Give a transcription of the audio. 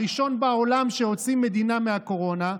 הראשון בעולם שהוציא מדינה מהקורונה,